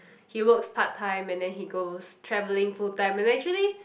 he works part time and then he goes traveling full time and actually